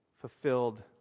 fulfilled